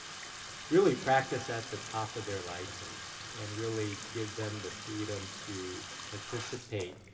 really practice at the top of their license. and really give them the freedom to participate